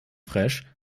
fraiche